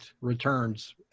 returns